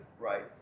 right